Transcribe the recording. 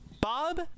Bob